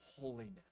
holiness